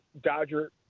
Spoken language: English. Dodger